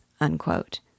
Unquote